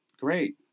Great